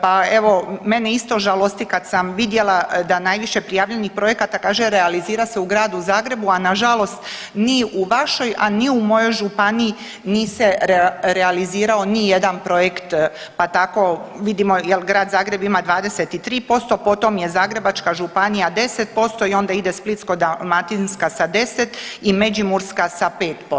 Pa evo mene isto žalosti kad sam vidjela da najviše prijavljenih projekata kaže realizira se u Gradu Zagrebu, a nažalost ni u vašoj, a ni u mojoj županiji nije se realizirao nijedan projekt pa tako vidimo jel Grad Zagreb ima 23%, potom je Zagrebačka županija 10% i onda ide Splitsko-dalmatinska sa 10 i Međimurska sa 5%